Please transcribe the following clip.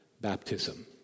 baptism